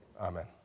amen